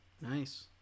Nice